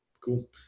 cool